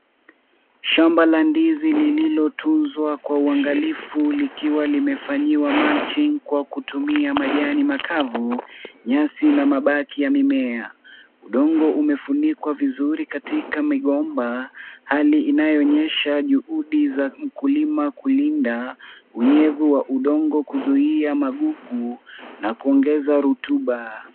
Shamba la ndizi lililotunzwa kwa uangalifu likiwa limefanyiwa mulching kwa kutumia majani makavu, nyasi na mabaki ya mimea. Udongo umefunikwa vizuri katika migomba, hali inayoonyesha juhudi za mkulima kulinda unyevu wa udongo kuzuia magugu na kuongeza robuta.